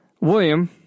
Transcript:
William